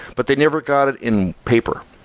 but they never got it in paper.